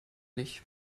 nicht